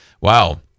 wow